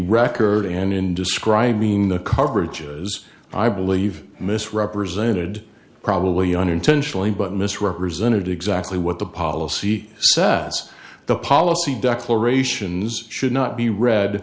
record and in describing the cartridges i believe misrepresented probably unintentionally but misrepresented exactly what the policy says the policy declarations should not be read